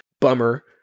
bummer